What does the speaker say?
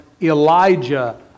Elijah